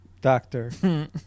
Doctor